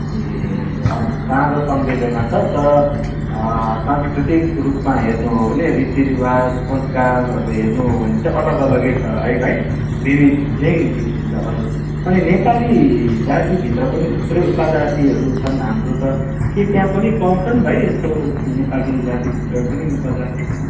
ए हजुर साझा संवेदना छ तर सांस्कृतिक रूपमा हेर्नु हो भने रीतिरिवाज संस्कारहरू हेर्नु हो भने चाहिँ अलग अलगै छ है भाइ विविध नै देखिन्छ हजुर अनि नेपाली जातिभित्र पनि थुप्रै उपजातिहरू छन् हाम्रो त के त्यहाँ पनि पाउँछन् भाइ यस्तो नेपाली जातिभित्र पनि उपजातिहरू